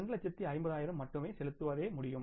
5 லட்சம் மட்டுமே செலுத்தவோ முடிந்தது